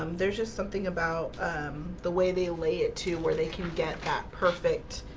um there's just something about the way they lay it to where they can get that perfect